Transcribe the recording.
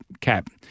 cap